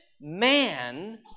man